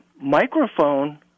microphone